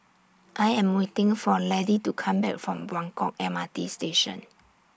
I Am waiting For Laddie to Come Back from Buangkok M R T Station